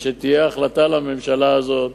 ושתהיה החלטה לממשלה הזאת,